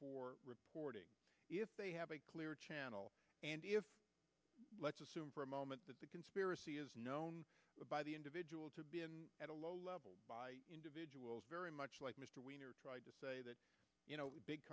for reporting if they have a clear channel and if let's assume for a moment that the conspiracy is known by the individual to be at a low level individuals very much like mr to say that you know big